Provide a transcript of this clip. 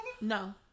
No